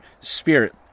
spirit